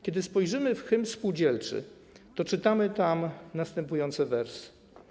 Kiedy spojrzymy na hymn spółdzielczy, to czytamy tam następujące wersy: